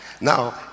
Now